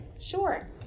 Sure